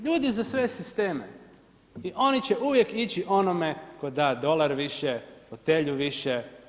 Ljudi za sve sisteme i oni će uvijek ići onome tko da dolar više, fotelju više.